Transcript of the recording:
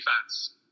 defense